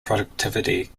productivity